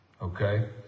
Okay